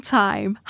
time